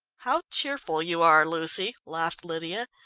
how cheerful you are, lucy, laughed lydia.